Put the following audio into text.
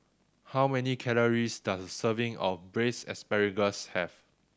how many calories does a serving of braise asparagus have